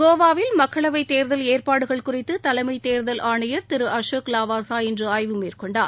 கோவாவில் மக்களவை தேர்தல் ஏற்பாடுகள் குறித்து தலைமை தேர்தல் ஆணையர் திரு அசோக் லவாஷா இன்று ஆய்வு மேற்கொண்டார்